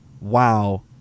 Wow